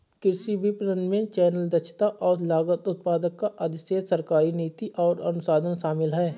कृषि विपणन में चैनल, दक्षता और लागत, उत्पादक का अधिशेष, सरकारी नीति और अनुसंधान शामिल हैं